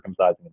circumcising